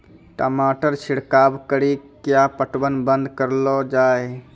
टमाटर छिड़काव कड़ी क्या पटवन बंद करऽ लो जाए?